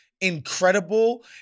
incredible